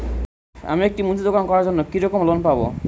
আমি একটি মুদির দোকান করার জন্য কি রকম লোন পাব?